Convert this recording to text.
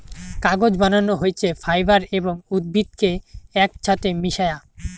কাগজ বানানো হইছে ফাইবার এবং উদ্ভিদ কে একছাথে মিশায়া